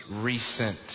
recent